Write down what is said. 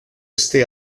este